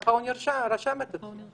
ככה הוא רשם את עצמו.